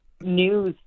news